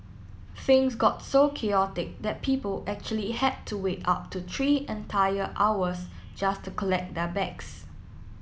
things got so chaotic that people actually had to wait up to three entire hours just to collect their bags